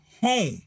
home